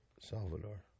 Salvador